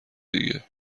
دیگه